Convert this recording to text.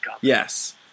Yes